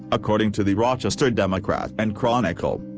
according to the rochester democrat and chronicle.